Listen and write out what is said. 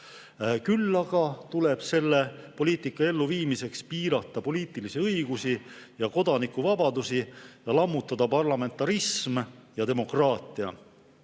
Küll aga tuleb selle poliitika elluviimiseks piirata poliitilisi õigusi ja kodanikuvabadusi, lammutada parlamentarism ja demokraatia.